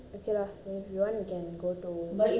oh okay lah if you want to then you can go to